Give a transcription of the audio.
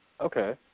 Okay